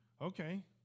Okay